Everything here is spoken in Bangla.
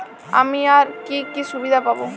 আমি আর কি কি সুবিধা পাব?